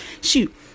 shoot